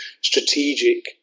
strategic